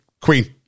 Queen